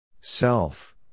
Self